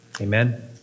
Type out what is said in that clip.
Amen